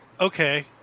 Okay